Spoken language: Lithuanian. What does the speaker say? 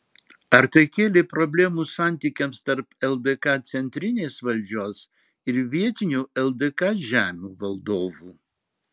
ar tai kėlė problemų santykiams tarp ldk centrinės valdžios ir vietinių ldk žemių valdovų